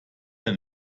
der